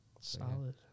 Solid